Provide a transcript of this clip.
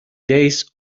days